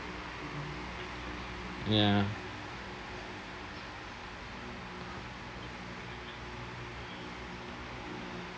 ya